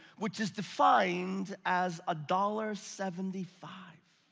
which is defined as a dollar seventy five.